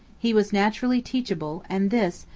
he was naturally teachable and this,